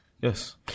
Yes